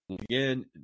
again